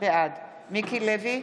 בעד מיקי לוי,